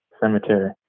Cemetery